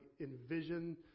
envision